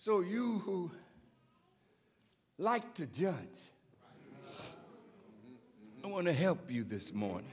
so you like to do yes i want to help you this morning